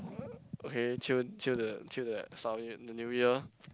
okay till till the till the start of the New Year